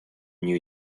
new